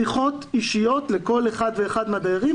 שיחות אישיות לכל אחד ואחד מהדיירים,